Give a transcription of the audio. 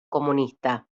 comunista